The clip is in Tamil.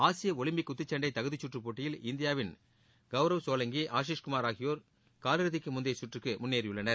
ஆசிய ஒலிம்பிக் குத்துச்சண்டை தகுதிச்சுற்று போட்டியில் இந்தியாவின் கவுரவ் சோலங்கி ஆஷிஷ் குமார் ஆகியோர் காலிறுதிக்கு முந்தைய சுற்றுக்கு முன்னேறியுள்ளனர்